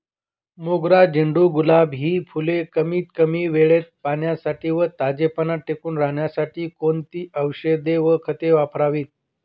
मोगरा, झेंडू, गुलाब हि फूले कमीत कमी वेळेत फुलण्यासाठी व ताजेपणा टिकून राहण्यासाठी कोणती औषधे व खते वापरावीत?